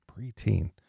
preteen